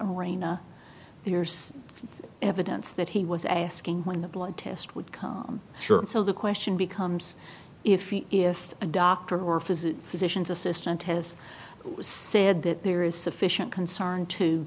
morena here's evidence that he was a asking when the blood test would come i'm sure and so the question becomes if if a doctor or physic physician's assistant has said that there is sufficient concern to